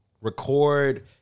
record